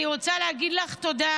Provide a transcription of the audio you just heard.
אני רוצה להגיד לך תודה